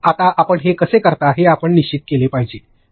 आता आपण हे कसे करता हे आपण निश्चित केले पाहिजे